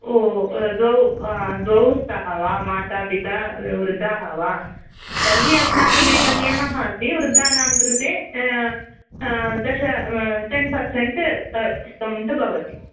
ओ द्वौ द्वौ स्तः वा माता पिता वृद्धाः वा तर्हि अस्माकम् एक नियमः अस्ति वृद्धानां कृते दश टेन् पर्सेन्ट् डिस्कौन्ट् भवति